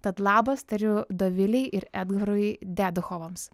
tad labas tariu dovilei ir edgarui deduchovams